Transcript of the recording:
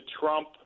Trump